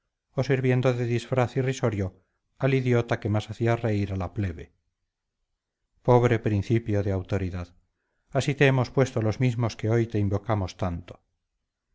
sirviendo de disfraz irrisorio al idiota que más hacía reír a la plebe pobre principio de autoridad así te hemos puesto los mismos que hoy te invocamos tanto